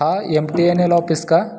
हा M T N L office का